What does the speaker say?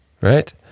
right